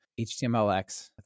HTMLX